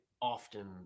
Often